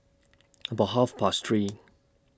about Half Past three